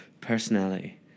personality